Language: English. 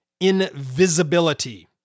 invisibility